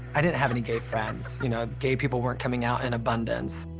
i didn't have any gay friends. you know, gay people weren't coming out in abundance.